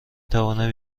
توانم